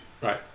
Right